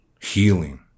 healing